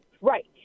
Right